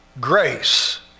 grace